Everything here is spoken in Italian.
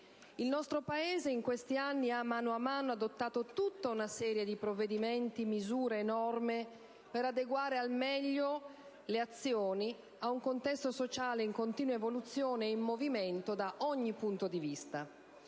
Il nostro Paese in questi anni, ha man mano adottato tutta una serie di provvedimenti, misure e norme per adeguare al meglio le azioni ad un contesto sociale in continua evoluzione e in movimento da ogni punto di vista